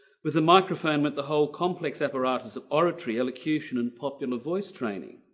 with the microphone meant the whole complex apparatus of oratory elocution and popular voice training.